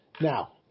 Now